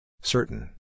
Certain